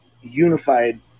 unified